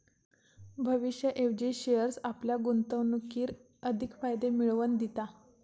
भविष्याऐवजी शेअर्स आपल्या गुंतवणुकीर अधिक फायदे मिळवन दिता